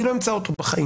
אני לא אמצא אותו בחיים,